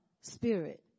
spirit